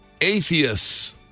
atheists